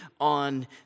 on